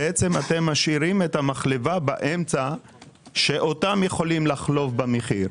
בעצם אתם משאירים את המחלבה באמצע ואותם יכולים לחלוב במחיר.